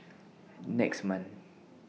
next month